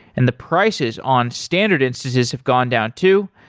and the prices on standard instances have gone down too.